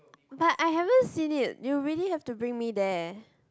but I haven't seen it you really have to bring me there